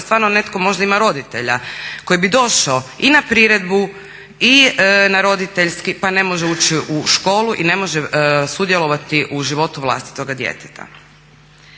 stvarno možda ima roditelja koji bi došao i na priredbu i na roditeljski pa ne može ući u školu i ne može sudjelovati u životu vlastitoga djeteta.